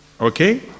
okay